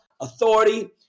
authority